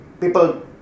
people